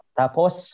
tapos